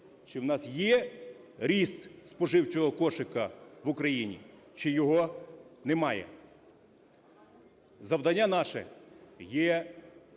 чи в нас є ріст споживчого кошика в Україні, чи його немає. Завдання наше є...